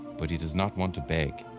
but he does not want to beg.